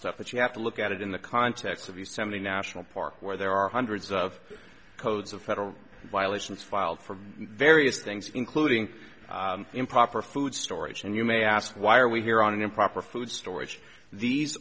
stuff but you have to look at it in the context of the seventy national park where there are hundreds of codes of federal violations filed for various things including improper food storage and you may ask why are we here on improper food storage these